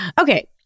Okay